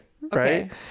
right